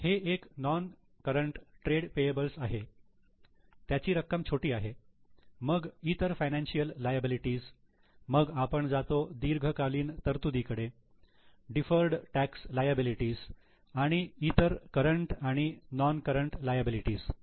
हे एक non current trade payables आहे त्याची रक्कम छोटी आहे मग इतर फायनान्शियल लायबिलिटी मग आपण जातो दीर्घकालीन तरतुदी कडे डिफर्ड टॅक्स लायबिलिटी आणि इतर करंट आणि non current liability current non current liabilities